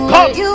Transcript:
Come